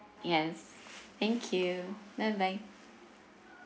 yes thank you bye bye